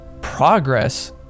progress